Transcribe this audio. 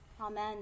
Amen